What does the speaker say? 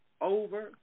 over